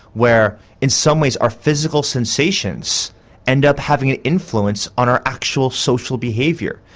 where in some ways our physical sensations end up having an influence on our actual social behaviour.